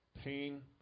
pain